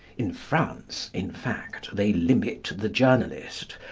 in france, in fact, they limit the journalist,